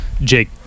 Jake